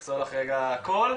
שיחזור לך רגע הקול.